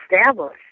established